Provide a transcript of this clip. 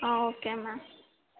okay ma'am